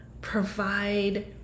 provide